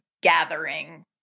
gathering